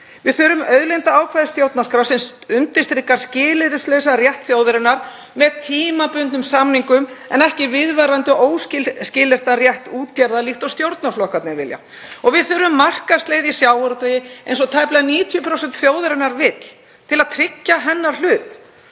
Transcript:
Við þurfum auðlindaákvæði í stjórnarskrá sem undirstrikar skilyrðislausan rétt þjóðarinnar með tímabundnum samningum en ekki viðvarandi, óskilyrtan rétt útgerða líkt og stjórnarflokkarnir vilja. Við þurfum markaðsleið í sjávarútvegi eins og tæplega 90% þjóðarinnar vilja til að tryggja hennar hlut.